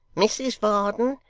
mrs varden,